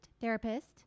therapist